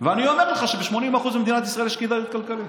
ואני אומר לך שב-80% ממדינת ישראל יש כדאיות כלכלית.